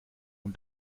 und